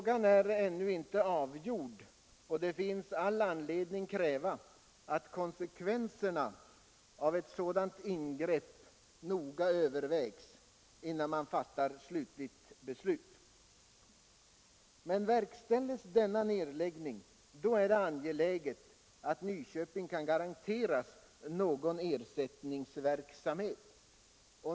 Frågan är ännu inte avgjord, och det finns all anledning kräva att konsekvenserna av ett sådant ingrepp noga övervägs innan man fattar slutgiltigt beslut. Men verkställs denna nedläggning då är det angeläget att Nyköping kan garanteras någon ersättningsverksamhet.